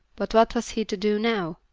but what was he to do now?